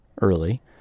early